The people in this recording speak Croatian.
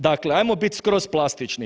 Dakle, ajmo bit skroz plastični.